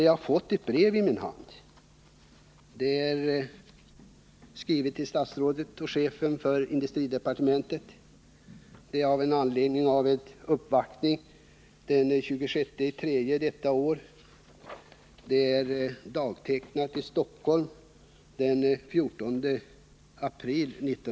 Jag har fått ett brev i min hand, som är ställt till industriministern med anledning av en uppvaktning den 26 mars i år och dagtecknat i Stockholm den 14 april.